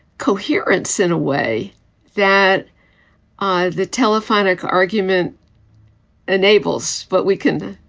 coherence in a way that ah the telephonic argument enables. but we can.